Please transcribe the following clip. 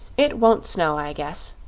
it won't snow, i guess.